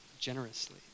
generously